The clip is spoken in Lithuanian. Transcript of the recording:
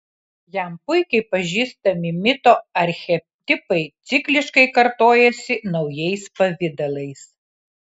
jam puikiai pažįstami mito archetipai cikliškai kartojasi naujais pavidalais